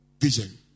Vision